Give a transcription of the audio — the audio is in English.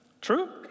True